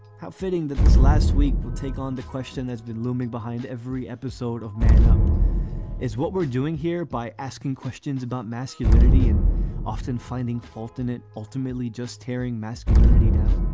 how fitting that this last week, we'll take on the question that's been looming behind every episode of man up is what we're doing here by asking questions about masculinity and often finding fault in it. ultimately just tearing masculinity down.